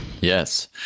Yes